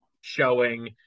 showing